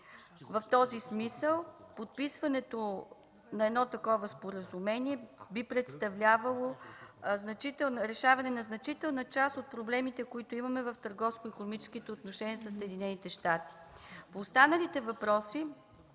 В този смисъл подписването на едно такова споразумение би представлявало решаване на значителна част от проблемите, които имаме в търговско-икономическите отношения със Съединените щати. По останалите въпроси